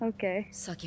Okay